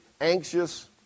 anxious